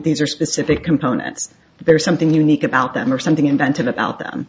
these are specific components there is something unique about them or something invented about them